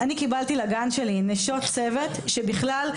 אני קיבלתי לגן שלי נשות צוות שבכלל,